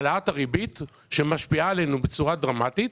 העלאת הריבית שמשפיעה עלינו בצורה דרמטית.